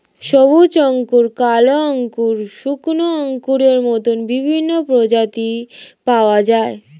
সবুজ আঙ্গুর, কালো আঙ্গুর, শুকনো আঙ্গুরের মত বিভিন্ন প্রজাতির পাওয়া যায়